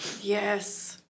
Yes